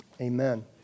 Amen